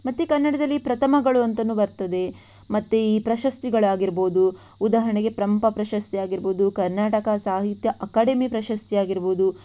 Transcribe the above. ಮತ್ತು ಕನ್ನಡದಲ್ಲಿ ಪ್ರಥಮಗಳು ಅಂತಲೂ ಬರ್ತದೆ ಮತ್ತು ಈ ಪ್ರಶಸ್ತಿಗಳಾಗಿರಬಹುದು ಉದಾಹರಣೆಗೆ ಪಂಪ ಪ್ರಶಸ್ತಿ ಆಗಿರಬಹುದು ಕರ್ನಾಟಕ ಸಾಹಿತ್ಯ ಅಕಾಡೆಮಿ ಪ್ರಶಸ್ತಿ ಆಗಿರಬಹುದು